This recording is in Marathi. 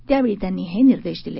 त्यावेळी त्यांनी हे निर्देश दिले